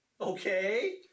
Okay